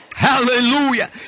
Hallelujah